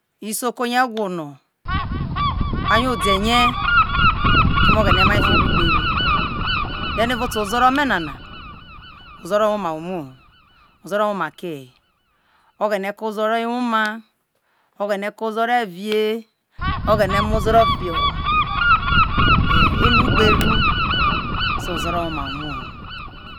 isoko yo egwo no ayo ode ye keme oghene mai ye fiho eru ugberu then evao oto ozoro me nana ozoro owoma ho umo ho ozoro woma ke he oghene ko ozoro ewoma oghene ma ozoro evie oghene ma ozoro enu igheru so ozoro womaho umoho